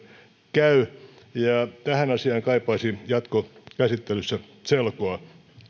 käy ja tähän asiaan kaipaisin jatkokäsittelyssä selkoa